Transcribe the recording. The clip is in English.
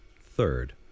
Third